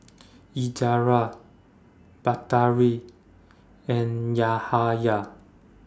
Izzara Batari and Yahaya